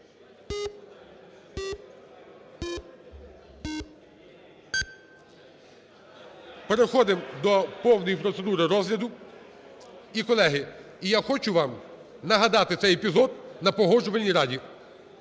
Переходимо до повної процедури розгляду. І, колеги, я хочу вам нагадати цей епізод на Погоджувальні раді.